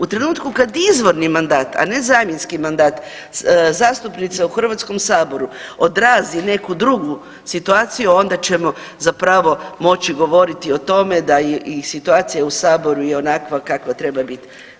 U trenutku kad izvorni mandat, a ne zamjenski mandat zastupnica u HS odrazi neku drugu situaciju onda ćemo zapravo moći govoriti o tome da i situacija u saboru je onakva kakva treba bit.